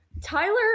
tyler